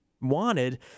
wanted